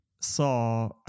saw